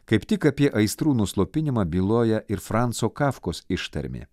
kaip tik apie aistrų nuslopinimą byloja ir franco kafkos ištarmė